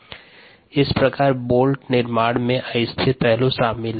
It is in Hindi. इस प्रकार बोल्ट के निर्माण में अस्थिर पहलू शामिल है